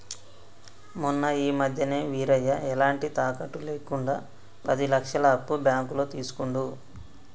మొన్న ఈ మధ్యనే వీరయ్య ఎలాంటి తాకట్టు లేకుండా పది లక్షల అప్పు బ్యాంకులో తీసుకుండు